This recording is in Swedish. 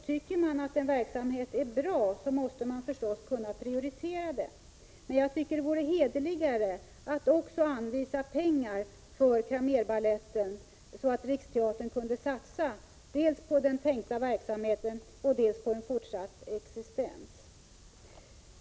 Anser man att en verksamhet är bra, måste man förstås kunna prioritera den. Men det vore hederligare att också anvisa pengar för Cramérbaletten, så att Riksteatern kunde satsa dels på den tänkta verksamheten, dels på en fortsatt existens.